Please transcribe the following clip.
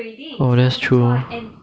oh that's true